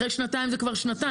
אחרי שנתיים זה כבר שנתיים,